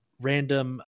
random